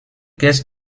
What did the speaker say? caisses